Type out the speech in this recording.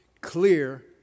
Clear